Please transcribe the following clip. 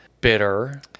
bitter